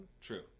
True